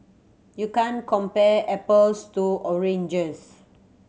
you can't compare apples to oranges